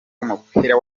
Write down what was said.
w’umupira